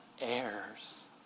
heirs